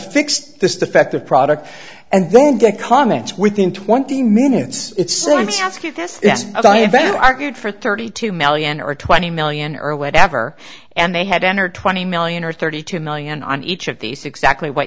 fix this defective product and then get comments within twenty minutes ask you argued for thirty two million or twenty million or whatever and they had entered twenty million or thirty two million on each of these exactly what